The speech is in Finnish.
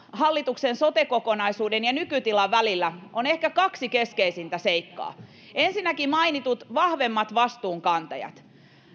hallituksen sote kokonaisuuden ja nykytilan välillä erona on ehkä kaksi keskeistä seikkaa ensinnäkin mainitut vahvemmat vastuunkantajat